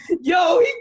Yo